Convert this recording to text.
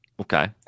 Okay